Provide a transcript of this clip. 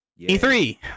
e3